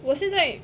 我现在